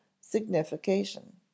signification